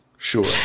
Sure